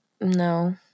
No